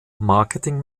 marketing